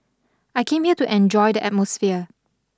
I came here to enjoy the atmosphere